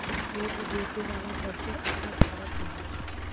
खेत जोते बाला सबसे आछा पॉवर टिलर?